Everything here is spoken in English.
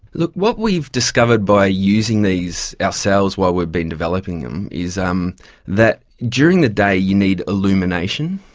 look, what we've discovered by using these ourselves while we've been developing them is um that during the day you need illumination,